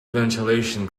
ventilation